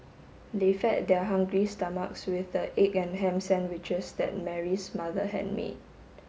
they fed their hungry stomachs with the egg and ham sandwiches that Mary's mother had made